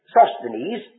Sosthenes